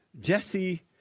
Jesse